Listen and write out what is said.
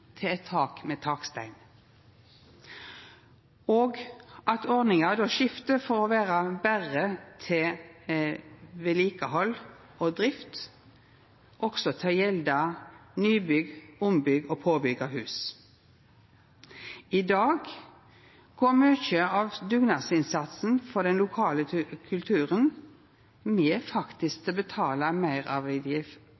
til eit tak med takstein, og at ordninga skiftar frå å vera berre til vedlikehald og drift til også å gjelda nybygg, ombygging og påbygging av hus. I dag går mykje av dugnadsinnsatsen for den lokale kulturen med til faktisk